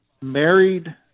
married